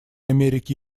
америки